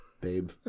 babe